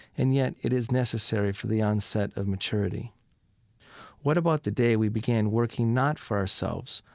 and yet, it is necessary for the onset of maturity what about the day we began working not for ourselves,